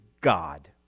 God